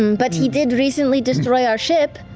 but he did recently destroy our ship,